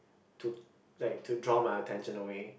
to like to draw my attention away